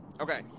Okay